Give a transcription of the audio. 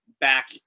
Back